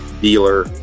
dealer